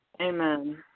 Amen